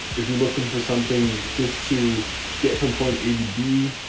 if you're looking for something just to get from point a to b.